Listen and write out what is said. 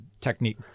technique